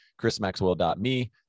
chrismaxwell.me